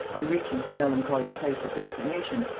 on reaching her melancholy place of destination,